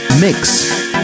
mix